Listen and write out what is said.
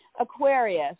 Aquarius